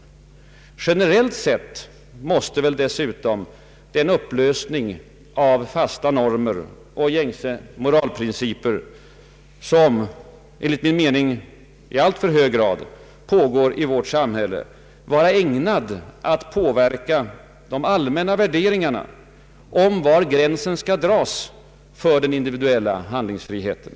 Generellt sett måste väl dessutom den upplösning av fasta normer och gängse moralprinciper som, enligt min mening, i alltför hög grad pågår i vårt samhälle vara ägnad att påverka de allmänna värderingarna om var gränsen skall dras för den individuella handlingsfriheten.